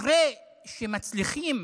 אחרי שמצליחים